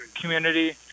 community